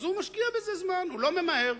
אז הוא משקיע בזה זמן, הוא לא ממהר,